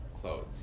clothes